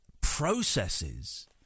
processes